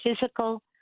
physical